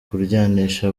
kuryanisha